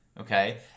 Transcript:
okay